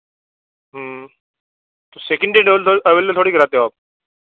तो second available थोड़ी कराते हो आप